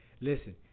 listen